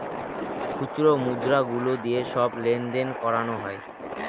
খুচরো মুদ্রা গুলো দিয়ে সব লেনদেন করানো হয়